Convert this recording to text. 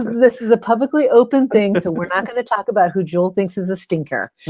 this is a publicly open thing so we're not going to talk about who joel thinks is a stinker.